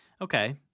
Okay